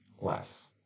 less